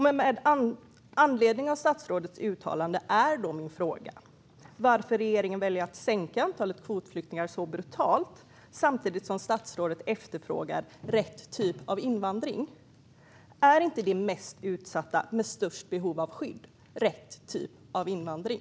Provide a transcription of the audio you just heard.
Med anledning av statsrådets uttalande är min fråga: Varför väljer regeringen att minska antalet kvotflyktingar så brutalt samtidigt som statsrådet efterfrågar rätt typ av invandring? Är inte de mest utsatta med störst behov av skydd rätt typ av invandring?